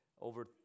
over